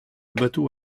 bateau